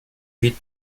peat